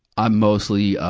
i'm mostly, ah,